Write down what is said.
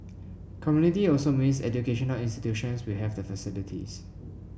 community also means educational institutions we have the facilities